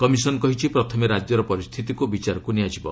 commission କହିଛି ପ୍ରଥମେ ରାଜ୍ୟର ପରିସ୍ଥିତିକୁ ବିଚାରକୁ ନିଆଯିବ